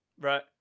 Right